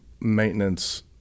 maintenance